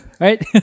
right